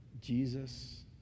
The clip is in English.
Jesus